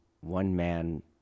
one-man